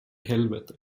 helvete